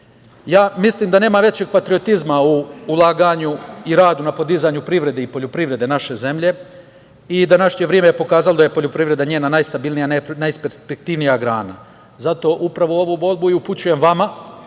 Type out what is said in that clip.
mislim da nema većeg patriotizma u ulaganju i radu na podizanju privrede i poljoprivrede naše zemlje i današnje vreme je pokazalo da je poljoprivreda njena najstabilnija i najperspektivnija grana. Zato upravo ovu molbu i upućujem vama,